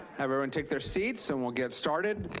everyone take their seats and we'll get started.